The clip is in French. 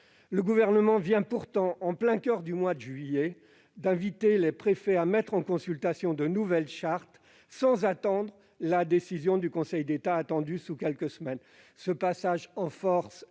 Le Gouvernement vient pourtant- au coeur du mois de juillet -d'inviter les préfets à mettre en consultation de nouvelles chartes, sans attendre la décision du Conseil d'État, prévue d'ici à quelques semaines. Ce passage en force est, pour nous, inacceptable.